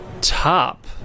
top